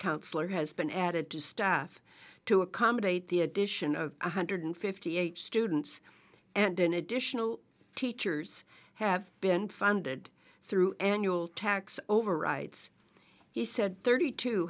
counselor has been added to staff to accommodate the addition of one hundred fifty eight students and an additional teachers have been funded through annual tax overrides he said thirty t